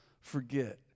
forget